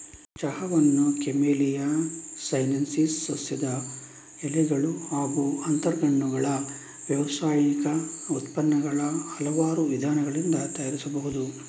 ಚಹಾವನ್ನು camellia sinensis ಸಸ್ಯದ ಎಲೆಗಳು ಹಾಗೂ ಅಂತರಗೆಣ್ಣುಗಳ ವ್ಯಾವಸಾಯಿಕ ಉತ್ಪನ್ನಗಳ ಹಲವಾರು ವಿಧಾನಗಳಿಂದ ತಯಾರಿಸಬಹುದು